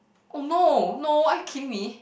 oh no no are you kidding me